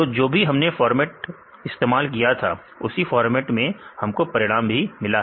तो जो भी हमने फॉर्मेट इस्तेमाल किया था उसी फॉर्मेट में हमको परिणाम भी मिला है